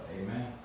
Amen